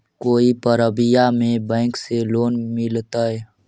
कोई परबिया में बैंक से लोन मिलतय?